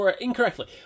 Incorrectly